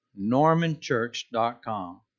normanchurch.com